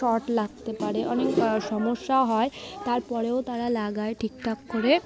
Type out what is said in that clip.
short লাগতে পারে অনেক সমস্যা হয় তারপরেও তারা লাগায় ঠিকঠাক করে